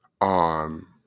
on